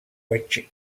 which